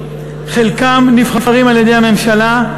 חלקם נבחרים על-ידי הממשלה,